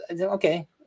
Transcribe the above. okay